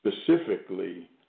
specifically